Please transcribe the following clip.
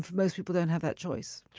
most people don't have that choice